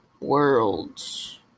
worlds